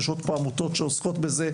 יש לנו פה עמותות שעוסקות בזה,